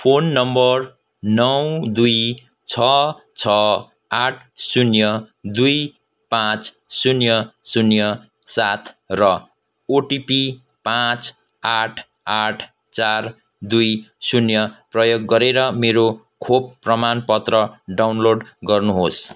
phone number नौ दुई छ छ आठ शुन्य दुई पाचँ शुन्य शुन्य सात र ओटिपी पाचँ आठ आठ चार दुई शुन्य प्रयोग गरेर मेरो खोप प्रमाणपत्र डाउनलोड गर्नुहोस्